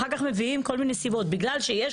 אחר כך מביאים כל מיני סיבות: בגלל שיש